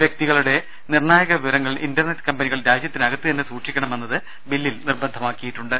വൃക്തികളുടെ നിർണായക വിവരങ്ങൾ ഇന്റർനെറ്റ് കമ്പനികൾ രാജ്യത്തിനകത്ത് തന്നെ സൂക്ഷിക്കണമെന്നത് ബില്ലിൽ നിർബന്ധമാക്കിയിട്ടുണ്ട്